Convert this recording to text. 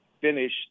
finish